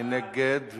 מי נגד?